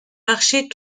marcher